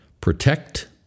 protect